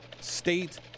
state